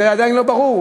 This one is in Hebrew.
זה עדיין לא ברור,